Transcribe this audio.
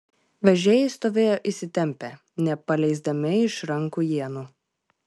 vežėjai stovėjo įsitempę nepaleisdami iš rankų ienų